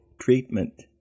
treatment